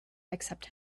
except